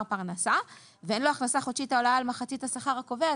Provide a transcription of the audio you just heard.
פרנסה ואין לו הכנסה חודשית העולה על מחצית השכר הקובע,